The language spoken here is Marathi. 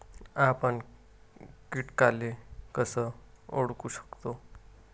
आपन कीटकाले कस ओळखू शकतो?